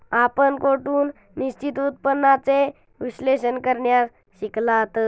आपण कोठून निश्चित उत्पन्नाचे विश्लेषण करण्यास शिकलात?